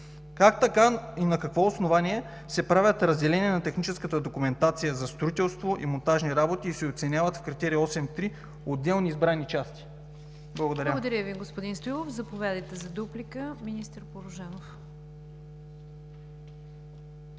Как така и на какво основание се прави разделение на техническата документация за строителство и монтажни работи и се оценяват в критерия 8.3 отделни избрани части? Благодаря. ПРЕДСЕДАТЕЛ НИГЯР ДЖАФЕР: Благодаря Ви, господин Стоилов. Заповядайте за дуплика, министър Порожанов.